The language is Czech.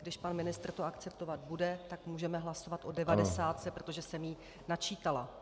Když pan ministr to akceptovat bude, tak můžeme hlasovat o devadesátce, protože jsem ji načítala.